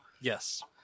Yes